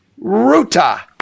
Ruta